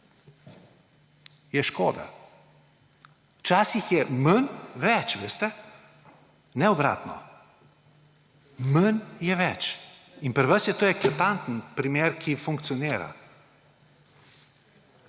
je škoda. Včasih je manj več, veste. Ne obratno. Manj je več. In pri vas je to eklatanten primer, ki funkcionira.